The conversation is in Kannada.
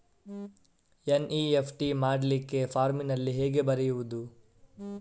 ಎನ್.ಇ.ಎಫ್.ಟಿ ಮಾಡ್ಲಿಕ್ಕೆ ಫಾರ್ಮಿನಲ್ಲಿ ಹೇಗೆ ಬರೆಯುವುದು?